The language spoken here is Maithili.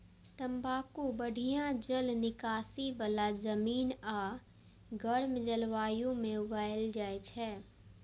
तंबाकू बढ़िया जल निकासी बला जमीन आ गर्म जलवायु मे उगायल जाइ छै